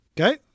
Okay